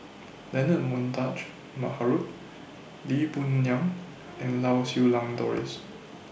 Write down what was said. Leonard Montague Harrod Lee Boon Ngan and Lau Siew Lang Doris